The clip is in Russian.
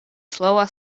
слово